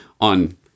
on